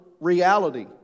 reality